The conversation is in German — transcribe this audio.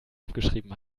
abgeschrieben